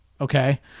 okay